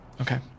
Okay